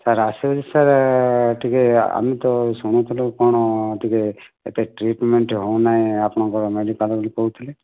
sir ଆସିବି ଯେ sir ଟିକିଏ ଆମେ ତ ଶୁଣୁଥିଲୁ କ'ଣ ଟିକିଏ ଏତେ ଟ୍ରିଟ୍ମେଣ୍ଟ୍ ହେଉନାହିଁ ଆପଣଙ୍କ ମେଡିକାଲ୍ରେ ବୋଲି କହୁଥିଲେ